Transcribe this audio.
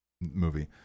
movie